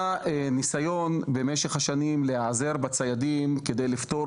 היה ניסיון במשך השנים להיעזר בציידים כדי לפתור